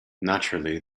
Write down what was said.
naturally